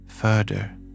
Further